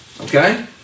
Okay